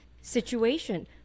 situation